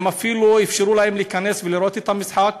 הם אפילו לא אפשרו להם להיכנס ולראות את המשחק.